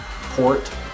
port